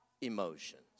emotions